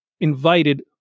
invited